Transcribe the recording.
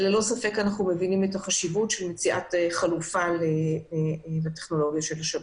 אין ספק שאנחנו מבינים את החשיבות של מציאות חלופה לטכנולוגיה של השב"כ.